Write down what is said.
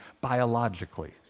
biologically